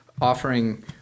offering